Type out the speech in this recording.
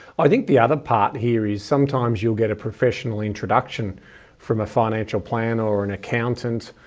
i think the other part here is sometimes you'll get a professional introduction from a financial plan or an accountant